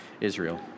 Israel